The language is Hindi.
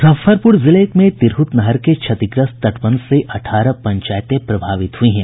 मूजफ्फरपूर जिले में तिरहत नहर के क्षतिग्रस्त तटबंध से अठारह पंचायतें प्रभावित हुई हैं